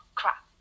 crap